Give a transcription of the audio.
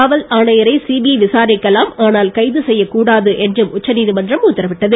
காவல் ஆணையரை சிபிஐ விசாரிக்கலாம் ஆனால் கைது செய்யக்கூடாது என்று உச்சநீதிமன்றம் உத்தரவிட்டது